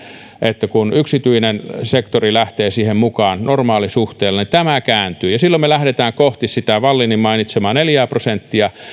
että kun yksityinen sektori lähtee siihen mukaan normaalisuhteella niin tämä kääntyy ja silloin me lähdemme kohti sitä wallinin mainitsemaa neljää prosenttia